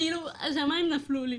כאילו השמיים נפלו לי.